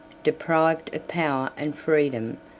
deprived of power and freedom,